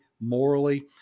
morally